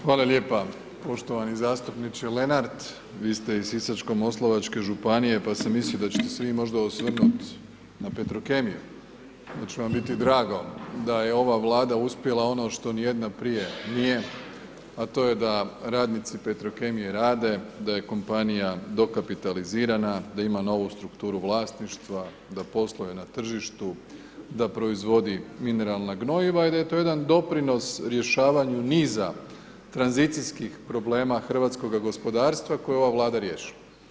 Hvala lijepa, poštovani zastupniče Lenardt, vi ste iz Sisačko-moslavačke županije pa sam mislio da ćete se vi možda osvrnut na Petrokemiju, da će vam biti drago da je ova Vlada uspjela ono što ni jedna prije nije, a to je da radnici Petrokemije rade, da je kompanija dokapitalizirana, da ima novu strukturu vlasništva, da posluje na tržištu, da proizvodi mineralna gnojiva i da je to jedan doprinos rješavanju niza tranzicijskih problema hrvatskoga gospodarstva koje je ova Vlada riješila.